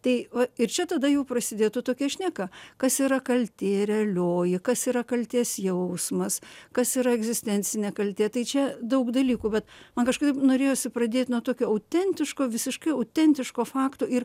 tai ir čia tada jau prasidėtų tokia šneka kas yra kaltė realioji kas yra kaltės jausmas kas yra egzistencinė kaltė tai čia daug dalykų bet man kažkaip norėjosi pradėt nuo tokio autentiško visiškai autentiško fakto ir